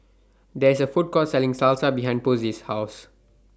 There IS A Food Court Selling Salsa behind Posey's House